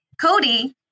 Cody